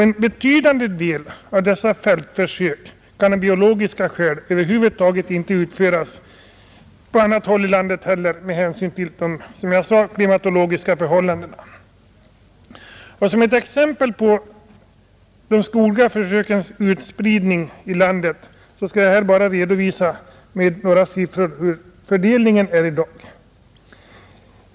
En betydande del av dessa fältförsök kan, som jag sade, med hänsyn till de klimatiska förhållandena av biologiska skäl över huvud taget inte heller utföras på annat håll i landet. Som exempel på de skogliga försökens utspridning i landet skall jag här bara med några siffror redovisa fördelningen i dag.